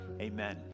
amen